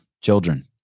children